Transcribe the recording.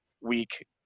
week